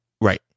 Right